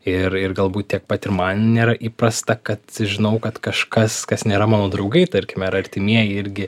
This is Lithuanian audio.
ir ir galbūt tiek pat ir man nėra įprasta kad žinau kad kažkas kas nėra mano draugai tarkime ar artimieji irgi